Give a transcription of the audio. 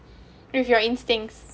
with your instinct